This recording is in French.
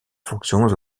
fonctions